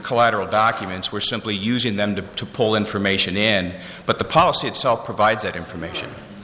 collateral documents were simply using them to pull information in but the policy itself provides that information